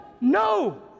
no